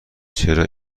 چرا